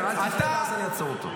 ואז אני אעצור אותו.